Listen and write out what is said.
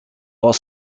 while